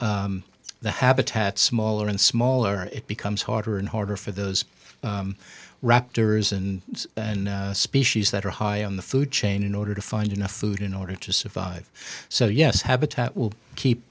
make the habitats smaller and smaller it becomes harder and harder for those raptors and species that are high on the food chain in order to find enough food in order to survive so yes habitat will keep